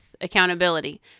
accountability